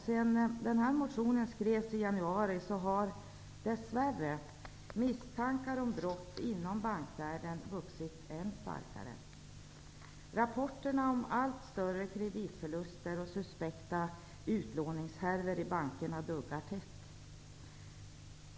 Sedan motionen skrevs i januari har dess värre misstankar om brott inom bankvärlden vuxit än starkare. Rapporterna om allt större kreditförluster och suspekta utlåningshärvor duggar tätt.